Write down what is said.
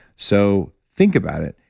so think about it.